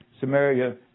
Samaria